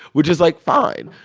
which is, like, fine.